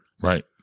Right